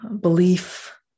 belief